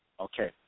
Okay